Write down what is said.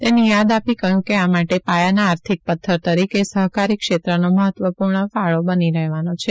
તેની યાદ આપી કહ્યું કે આ માટે પાયાના આર્થિક પથ્થર તરીકે સહકારી ક્ષેત્રનો મહત્વપૂર્ણ ફાળો બની રહેવાનો છે